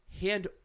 hand